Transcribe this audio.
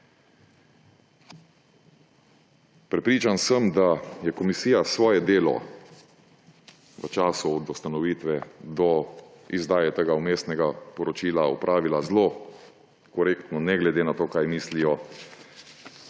Prepričan sem, da je komisija svoje delo v času od ustanovitve do izdaje tega vmesnega poročila opravila zelo korektno, ne glede na to, kaj mislijo koalicijske